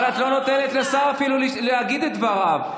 אבל את לא נותנת אפילו לשר להגיד את דבריו.